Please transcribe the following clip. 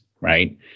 right